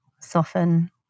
soften